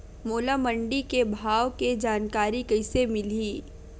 मोला मंडी के भाव के जानकारी कइसे मिलही?